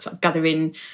gathering